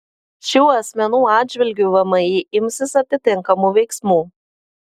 šių asmenų atžvilgiu vmi imsis atitinkamų veiksmų